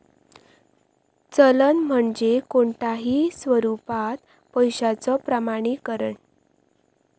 चलन म्हणजे कोणताही स्वरूपात पैशाचो प्रमाणीकरण